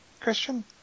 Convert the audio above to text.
Christian